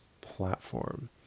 platform